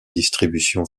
distribution